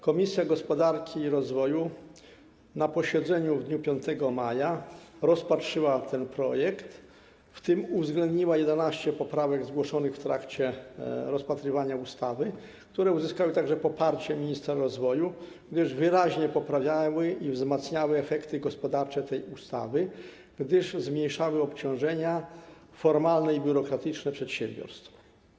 Komisja Gospodarki i Rozwoju na posiedzeniu w dniu 5 maja rozpatrzyła ten projekt, w tym uwzględniła 11 poprawek zgłoszonych w trakcie rozpatrywania ustawy, które także uzyskały poparcie ministra rozwoju, gdyż wyraźnie poprawiały i wzmacniały efekty gospodarcze tej ustawy, zmniejszały obciążenia formalne i biurokratyczne przedsiębiorstw.